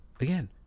again